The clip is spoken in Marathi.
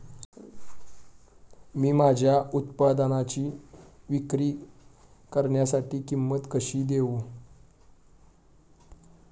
मी माझ्या उत्पादनाची विक्री करण्यासाठी किंमत कशी देऊ?